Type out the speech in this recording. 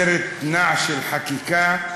סרט נע של חקיקה.